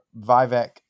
Vivek